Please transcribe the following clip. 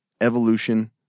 evolution